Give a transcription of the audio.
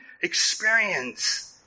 experience